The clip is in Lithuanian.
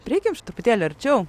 prieikim truputėlį arčiau